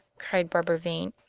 cried barbara vane,